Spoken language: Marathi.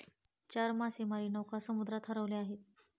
चार मासेमारी नौका समुद्रात हरवल्या आहेत